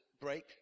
break